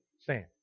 stand